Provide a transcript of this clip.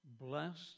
blessed